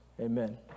Amen